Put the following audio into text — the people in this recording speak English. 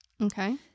okay